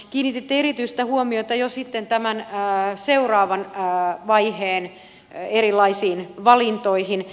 kiinnititte erityistä huomiota jo sitten tämän seuraavan vaiheen erilaisiin valintoihin